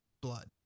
blood